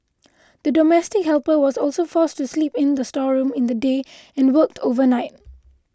the domestic helper was also forced to sleep in the storeroom in the day and worked overnight